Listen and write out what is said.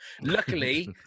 Luckily